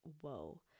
whoa